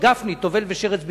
שגפני טובל ושרץ בידו.